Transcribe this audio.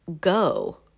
go